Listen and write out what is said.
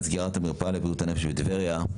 סגירת המרפאה לבריאות הנפש בטבריה,